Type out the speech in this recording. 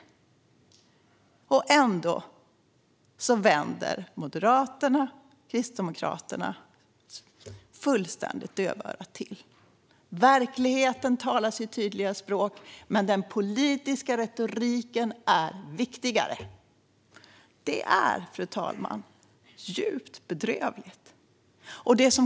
Ändå slår Moderaterna och Kristdemokraterna fullständigt dövörat till. Verkligheten talar sitt tydliga språk, men den politiska retoriken är viktigare. Det är, fru talman, djupt bedrövligt.